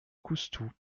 coustou